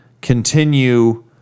continue